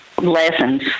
lessons